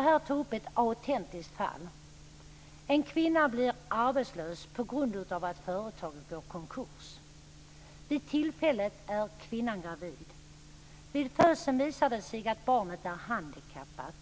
här ta upp ett autentiskt fall. En kvinna blir arbetslös på grund av att företaget går i konkurs. Vid tillfället är kvinnan gravid. Vid födseln visar det sig att barnet är handikappat.